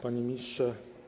Panie Ministrze!